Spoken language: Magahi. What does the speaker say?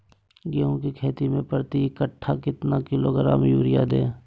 गेंहू की खेती में प्रति कट्ठा कितना किलोग्राम युरिया दे?